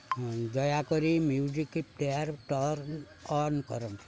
ଦୟାକରି music player turn on କରନ୍ତୁ